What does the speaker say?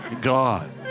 God